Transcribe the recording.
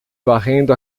varrendo